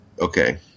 Okay